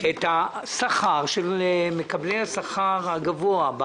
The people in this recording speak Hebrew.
לקחת בחשבון את השכר של מקבלי השכר הגבוה,